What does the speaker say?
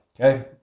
okay